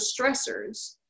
stressors